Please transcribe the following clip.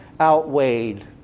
outweighed